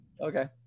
Okay